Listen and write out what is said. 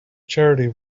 charity